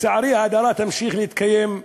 לצערי ההדרה תמשיך להתקיים,